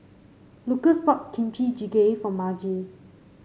Lukas bought Kimchi Jjigae for Margie